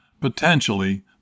potentially